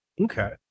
okay